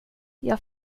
jag